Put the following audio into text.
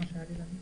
סיסו, בבקשה.